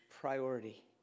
priority